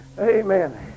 Amen